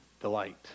delight